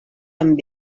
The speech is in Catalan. amb